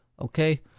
Okay